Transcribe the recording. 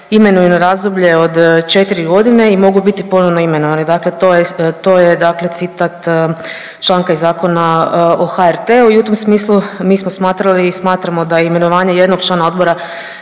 imenuju na razdoblje od četiri godine i mogu biti ponovno imenovani, dakle to je citat članka iz Zakona o HRT-u. I u tom smislu mi smo smatrali i smatramo da imenovanje jednog člana odbora